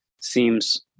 seems